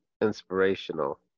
inspirational